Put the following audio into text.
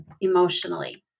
emotionally